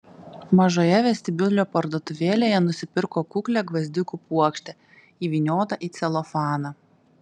mažoje vestibiulio parduotuvėlėje nusipirko kuklią gvazdikų puokštę įvyniotą į celofaną